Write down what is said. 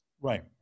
Right